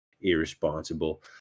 Irresponsible